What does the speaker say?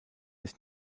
ist